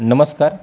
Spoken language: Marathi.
नमस्कार